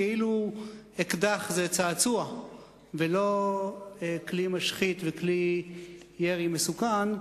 כאילו אקדח זה צעצוע ולא כלי משחית וכלי ירי מסוכן.